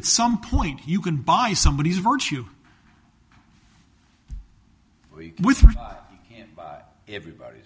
it's some point you can buy somebodies virtue with everybody